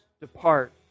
Depart